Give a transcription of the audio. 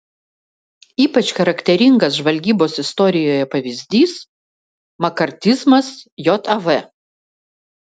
ypač charakteringas žvalgybos istorijoje pavyzdys makartizmas jav